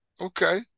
Okay